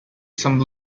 some